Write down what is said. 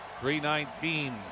319